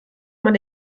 man